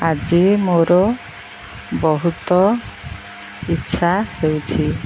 ଆଜି ମୋର ବହୁତ ଇଛା ହେଉଛି